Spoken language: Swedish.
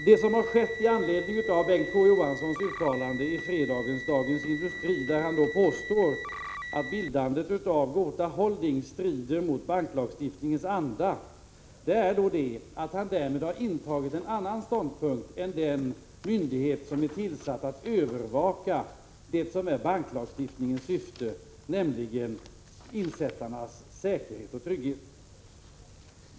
Herr talman! Bengt K. Å. Johanssons uttalande i fredagens nummer av Dagens Industri, där han påstår att bildandet av Gota Holding strider mot banklagstiftningens anda, innebär att han har intagit en annan ståndpunkt än den myndighet har gjort som är tillsatt att övervaka banklagstiftningens syfte, nämligen garanterandet av insättarnas säkerhet och trygghet.